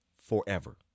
forever